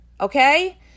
okay